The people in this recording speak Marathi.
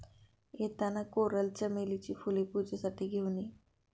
येताना कोरल चमेलीची फुले पूजेसाठी घेऊन ये